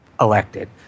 elected